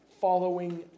following